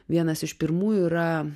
vienas iš pirmųjų yra